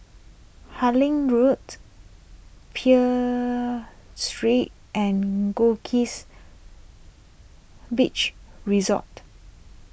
Harding Road peel Street and Goldkist Beach Resort